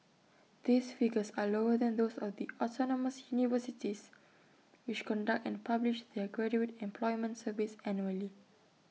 these figures are lower than those of the autonomous universities which conduct and publish their graduate employment surveys annually